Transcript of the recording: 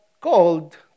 called